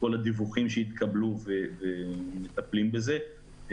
כל הדיווחים שהתקבלו ומפטלים בזה.